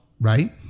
right